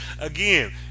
Again